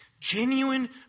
Genuine